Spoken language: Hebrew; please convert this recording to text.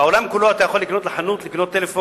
בעולם כולו אתה יכול לקנות בחנות טלפון